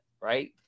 Right